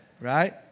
Right